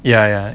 ya ya